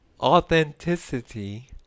authenticity